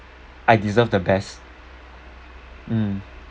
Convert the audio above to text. I deserve the best mm